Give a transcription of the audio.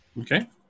okay